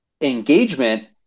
Engagement